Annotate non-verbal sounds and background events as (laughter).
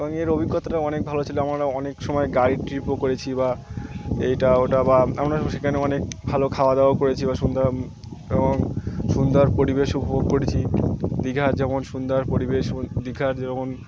এবং এর অভিজ্ঞতাটা অনেক ভালো ছিল আমরা অনেক সময় গাড়ি ট্রিপও করেছি বা এটা ওটা বা আমরা সেখানে অনেক ভালো খাওয়া দাওয়াও করেছি বা সুন্দর এবং সুন্দর পরিবেশ উপভোগ করেছি দীঘার যেমন সুন্দর পরিবেশ (unintelligible) দীঘার যেমন